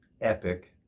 Epic